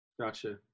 Gotcha